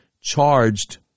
charged